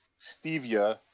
Stevia